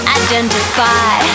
identify